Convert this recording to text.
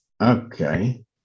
Okay